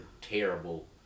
terrible